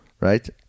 right